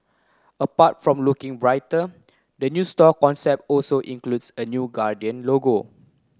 apart from looking brighter the new store concept also includes a new Guardian logo